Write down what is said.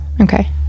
Okay